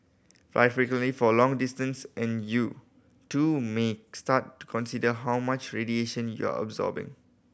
fly frequently for long distance and you too may start to consider how much radiation you're absorbing